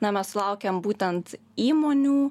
na mes sulaukiam būtent įmonių